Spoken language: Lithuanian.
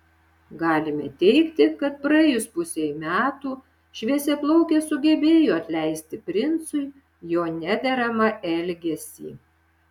galime teigti kad praėjus pusei metų šviesiaplaukė sugebėjo atleisti princui jo nederamą elgesį